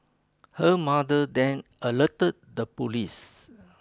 her mother then alerted the police